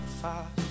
fast